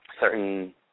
certain